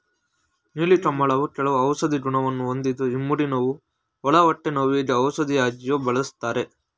ನೀಲಿ ಕಮಲ ಕೆಲವು ಔಷಧಿ ಗುಣವನ್ನು ಹೊಂದಿದ್ದು ಇಮ್ಮಡಿ ನೋವು, ಒಳ ಹೊಟ್ಟೆ ನೋವಿಗೆ ಔಷಧಿಯಾಗಿಯೂ ಬಳ್ಸತ್ತರೆ